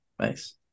Nice